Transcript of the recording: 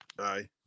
Aye